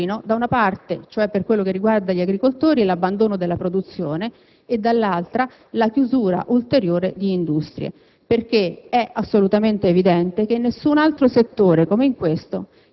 che sostengano i livelli occupazionali dell'intera filiera e scongiurino, da una parte, cioè per quello che riguarda gli agricoltori, l'abbandono della produzione e, dall'altra, la chiusura ulteriore di industrie.